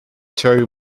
too